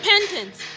repentance